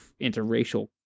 interracial